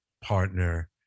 partner